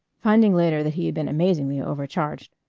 finding later that he had been amazingly overcharged.